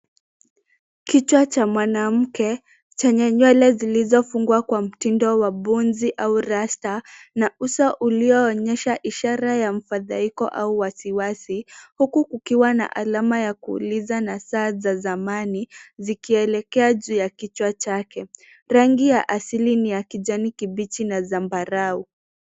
Kichwa cha mwanaume Chenye nywele lilichofungwa kwa mtindo wa punzi au rasta na uso ulilionyesha ishara ya mfadhaiko au wasiwasi huku kukiwa na alama ya kuuliza na na saanza za zamani zikielekea juu ya kichwa chake. Rangi ya kiasili ni ya kijani kibichi na zambarau.